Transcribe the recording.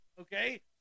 okay